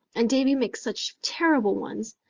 and davy makes such terrible ones.